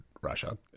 Russia